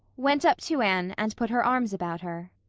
went up to anne, and put her arms about her.